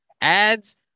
ads